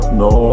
no